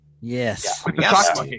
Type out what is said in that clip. Yes